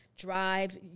drive